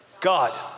God